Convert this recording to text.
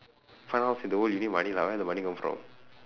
fun house you that one you need money lah where the money come from